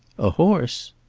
a horse!